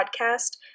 podcast